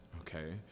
okay